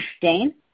Dane